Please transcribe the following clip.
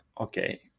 okay